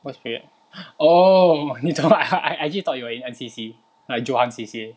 most favourite oh 你懂 I I I actually thought you were in N_C_C like johan C_C_A